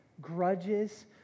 Grudges